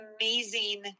amazing